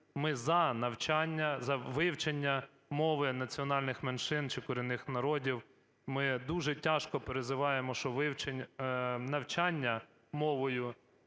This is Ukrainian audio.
Ми за навчання, за вивчення мови національних меншин чи корінних народів. Ми дуже тяжко призиваємо, що вивчення,